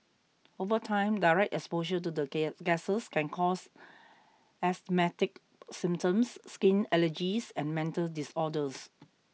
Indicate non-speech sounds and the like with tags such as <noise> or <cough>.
over time direct exposure to the <unintelligible> gases can cause asthmatic symptoms skin allergies and mental disorders